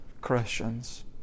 Christians